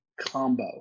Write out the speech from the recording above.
combo